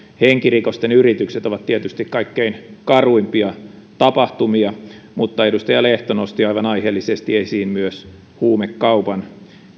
henkirikosten yritykset ovat tietysti kaikkein karuimpia tapahtumia mutta edustaja lehto nosti aivan aiheellisesti esiin myös huumekaupan